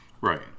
Right